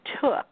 took